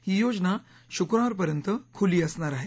ही योजना शुक्रवारपर्यंत खुली असणार आहे